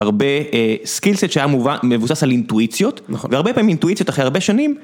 הרבה סקילסט שהיה מבוסס על אינטואיציות והרבה פעמים אינטואיציות אחרי הרבה שנים.